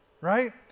right